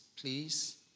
please